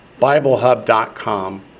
biblehub.com